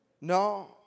No